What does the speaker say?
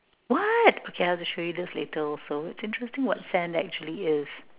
what okay I will show you this later also it's interesting what sand actually is